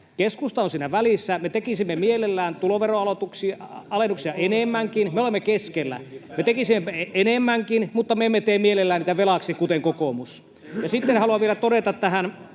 Keskusta on siinä välissä. Me tekisimme mielellämme tuloveroalennuksia enemmänkin. Me olemme keskellä. Me tekisimme enemmänkin, mutta me emme tee mielellään niitä velaksi, kuten kokoomus. Sitten haluan vielä todeta tästä,